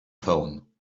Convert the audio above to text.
phone